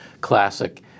classic